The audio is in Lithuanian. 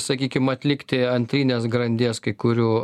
sakykim atlikti antrinės grandies kai kurių